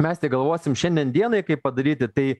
mes tik galvosim šiandien dienai kaip padaryti tai